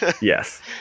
yes